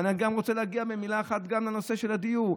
ואני רוצה להגיע במילה אחת גם לנושא הדיור.